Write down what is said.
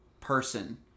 person